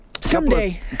Someday